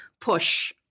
push